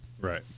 Right